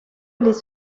les